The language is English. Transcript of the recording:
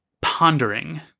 pondering